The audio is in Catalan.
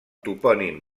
topònim